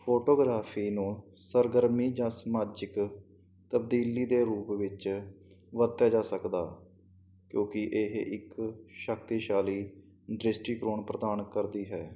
photography ਨੂੰ ਸਰਗਰਮੀ ਜਾਂ ਸਮਾਜਿਕ ਤਬਦੀਲੀ ਦੇ ਰੂਪ ਵਿੱਚ ਵਰਤਿਆ ਜਾ ਸਕਦਾ ਕਿਉਂਕੀ ਇਹ ਇੱਕ ਸ਼ਕਤੀਸ਼ਾਲੀ ਦ੍ਰਿਸ਼ਟੀਕੋਣ ਪ੍ਰਦਾਨ ਕਰਦੀ ਹੈ